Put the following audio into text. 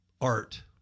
Art